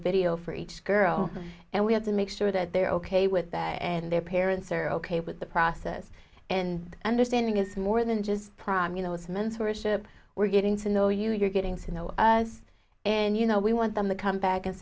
video for each girl and we have to make sure that they're ok with that and their parents are ok with the process and understanding it's more than just prime you know it's meant to worship we're getting to know you you're getting to know us and you know we want them to come back and